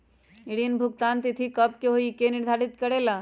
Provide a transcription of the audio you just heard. ऋण भुगतान की तिथि कव के होई इ के निर्धारित करेला?